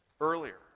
earlier